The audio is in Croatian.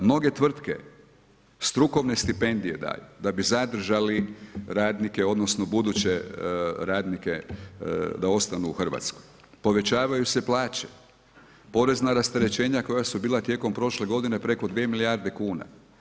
Mnoge tvrtke strukovne stipendije daju da bi zadržali radnike odnosno buduće radnike da ostanu u Hrvatskoj, povećavaju se plaće, porezna rasterećenja koja su bila tijekom prošle godine preko 2 milijarde kuna.